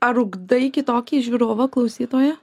ar ugdai kitokį žiūrovą klausytoją